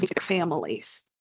families